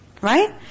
Right